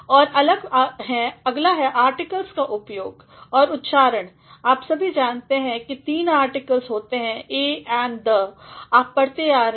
और अगला है आर्टिकल्स का उपयोग और उच्चारण आप सभी जानते हैं कि तीन आर्टिकल होते हैं अ ऐन द आप पढ़ते आ रहे हैं